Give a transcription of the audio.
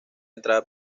entrada